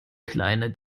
kleine